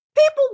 People